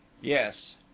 Yes